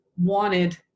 wanted